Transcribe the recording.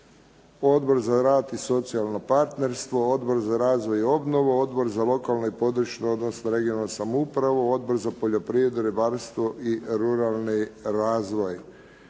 Odbor za rad i socijalno partnerstvo, Odbor za razvoj i obnovu, Odbor za lokalnu i područnu (regionalnu) samoupravu, Odbor za poljoprivredu, ribarstvo i ruralni razvoj.